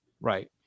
right